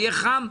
יהיה חם?